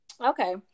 okay